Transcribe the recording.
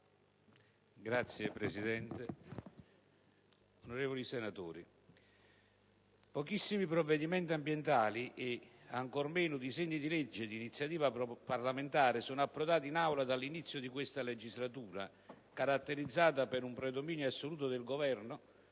Signor Presidente, onorevoli senatori, pochissimi provvedimenti ambientali e ancor meno disegni di legge di iniziativa parlamentare sono approdati in Aula dall'inizio di questa legislatura, caratterizzata da un predominio assoluto del Governo